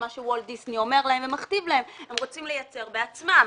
מה שוולט דיסני אומר להם ומכתיב להם אלא הם רוצים לייצר בעצמם.